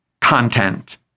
content